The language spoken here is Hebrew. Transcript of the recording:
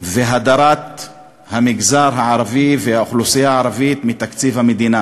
ועל הדרת המגזר הערבי והאוכלוסייה הערבית מתקציב המדינה.